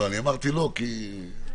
אני מעלה להצבעה